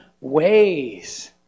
ways